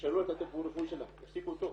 הפסיקו אותו.